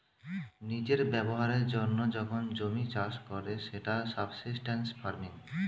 নিজের ব্যবহারের জন্য যখন জমি চাষ করে সেটা সাবসিস্টেন্স ফার্মিং